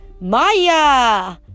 Maya